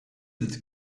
that